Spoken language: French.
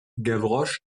gavroche